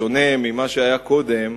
בשונה ממה שהיה קודם,